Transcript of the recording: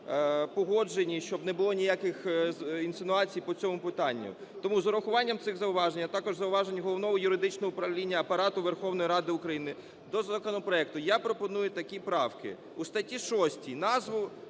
погоджені, щоб не було ніяких інсинуацій по цьому питанню. Тому з урахуванням цих зауважень, а також зауважень Головного юридичного управління Апарату Верховної Ради України до законопроекту я пропоную такі правки. У статті 6 назву